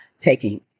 taking